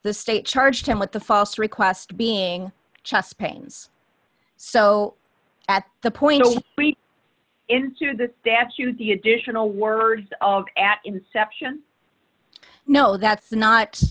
the state charged him with the false request being chest pains so at the point into the statute the additional words at inception no that's not